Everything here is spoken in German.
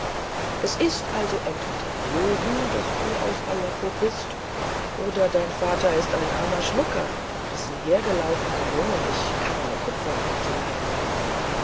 es ist also entweder erlogen daß du aus aleppo bist oder dein vater ist ein armer schlucker dessen hergelaufenem jungen ich keine kupfermünze leihen mag